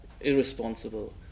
irresponsible